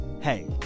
hey